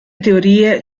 teorie